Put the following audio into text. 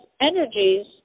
energies